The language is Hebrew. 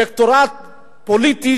אלקטורט פוליטי,